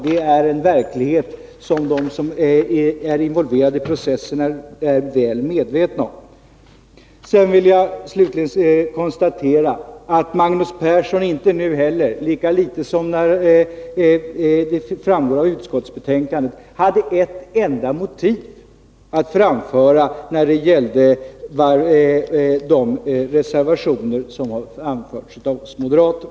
Det är en verklighet som de som är involverade i processen är väl medvetna om. Sedan vill jag slutligen konstatera att Magnus Persson inte nu heller, lika litet som i utskottet — vilket framgår av utskottsbetänkandet — hade ett enda motiv att anföra för avslag beträffande de reservationer som har avgivits av oss moderater.